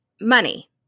money